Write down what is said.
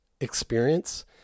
experience